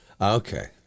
Okay